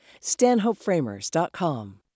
StanhopeFramers.com